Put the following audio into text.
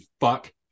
fuck